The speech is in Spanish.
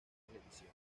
televisión